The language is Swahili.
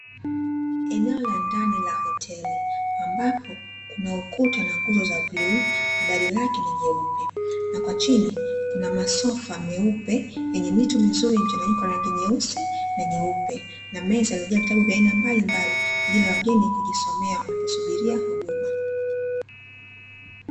Eneo la ndani la hoteli ambapo kuna ukuta na nguzo za bluu na dari lake ni jeupe, na kwa chini kuna masofa meupe yenye mito mizuri mchanganyiko wa rangi nyeusi na nyeupe, na meza iliyojaaa vitabu vya aina mbalimbali kwaajili ya wageni kujisomea wanaposubiria huduma.